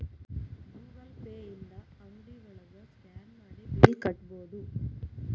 Google Pay ಇಂದ ಅಂಗ್ಡಿ ಒಳಗ ಸ್ಕ್ಯಾನ್ ಮಾಡಿ ಬಿಲ್ ಕಟ್ಬೋದು